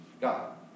God